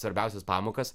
svarbiausias pamokas